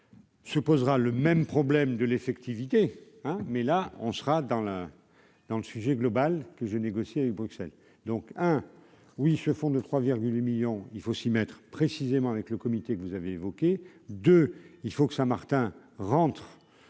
Se posera le même problème de l'effectivité ah mais là, on sera dans la, dans le sujet global que je négocie avec Bruxelles donc hein oui ce fonds de 3 millions il faut s'y mettre, précisément avec le comité que vous avez évoqué de il faut que ça Martin rentre